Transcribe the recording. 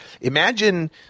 imagine